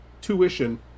tuition